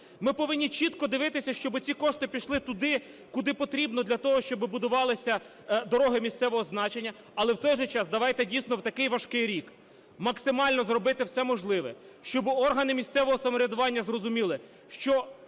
Ми повинні чітко дивитись, щоб ці кошти пішли туди, куди потрібно, для того щоб будувалися дороги місцевого значення. Але, в той же час, давайте дійсно в такий важкий рік максимально зробити все можливе, щоб органи місцевого самоврядування зрозуміли, що